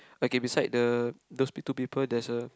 okay beside the those two people there's a